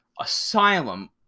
Asylum